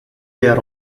their